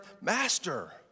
Master